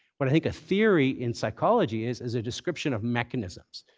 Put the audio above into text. what i think a theory in psychology is is a description of mechanisms.